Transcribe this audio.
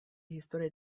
historii